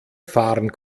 fahren